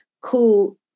cool